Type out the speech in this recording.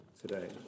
today